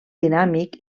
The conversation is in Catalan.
dinàmic